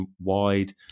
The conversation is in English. wide